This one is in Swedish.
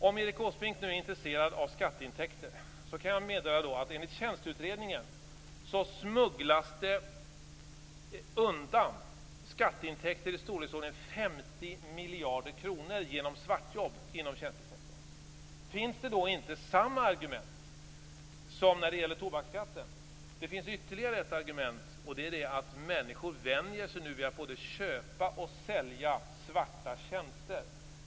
Om Erik Åsbrink är intresserad av skatteintäkter kan jag meddela att enligt tjänsteutredningen smugglas det undan skatteintäkter i storleksordningen 50 miljarder kronor genom svartjobb inom tjänstesektorn. Finns det då inte samma argument som när det gäller tobaksskatten? Det finns ytterligare ett argument. Det är att människor nu vänjer sig vid att både köpa och sälja svarta tjänster.